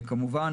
כמובן,